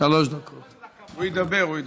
הוא ידבר, הוא ידבר.